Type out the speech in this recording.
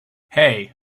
hey